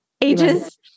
ages